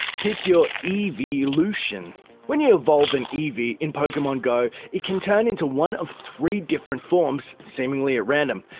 pick your eevee-lution when you evolve an eevee in pokemon go, it can turn into one of three different forms, seemingly at random.